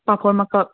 ꯄꯥꯐꯣꯔ ꯃꯀꯛ